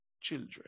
children